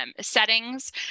settings